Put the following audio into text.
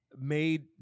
made